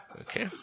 Okay